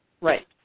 right